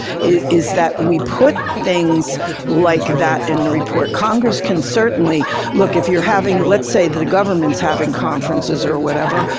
is that we put things like that in the report. congress can certainly look, if you're having, let's say, the the government is having conferences or whatever,